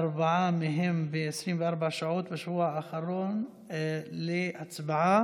ארבעה מהם ב-24 שעות בשבוע האחרון, הצבעה